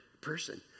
person